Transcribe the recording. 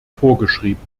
vorgeschrieben